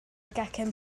gacen